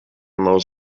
maus